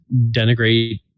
denigrate